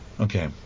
Okay